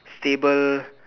stable